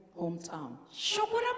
hometown